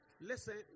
Listen